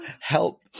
help